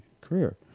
career